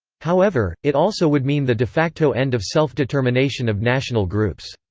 however, it also would mean the de facto end of self-determination of national groups.